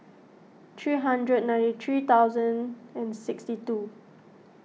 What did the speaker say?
three hundred and ninety three thousand and sixty two